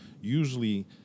Usually